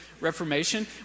Reformation